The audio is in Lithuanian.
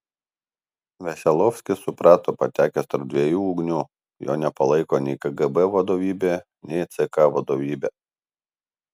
veselovskis suprato patekęs tarp dviejų ugnių jo nepalaiko nei kgb vadovybė nei ck vadovybė